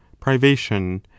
privation